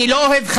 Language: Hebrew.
אני לא אוהב,